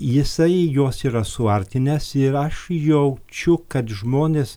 jisai juos yra suartinęs ir aš jaučiu kad žmonės